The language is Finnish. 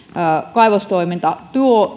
kaivostoiminta tuo